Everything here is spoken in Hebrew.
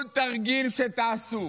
כל תרגיל שתעשו